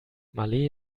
malé